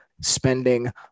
spending